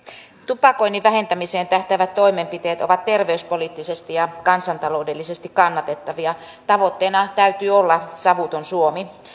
tupakoinnin vähentämiseen tähtäävät toimenpiteet ovat terveyspoliittisesti ja kansantaloudellisesti kannatettavia tavoitteena täytyy olla savuton suomi